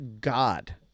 God